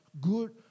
good